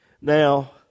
Now